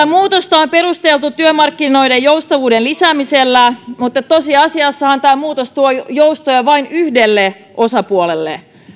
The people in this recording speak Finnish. muutosta on perusteltu työmarkkinoiden joustavuuden lisäämisellä mutta tosiasiassahan tämä muutos tuo joustoja vain yhdelle osapuolelle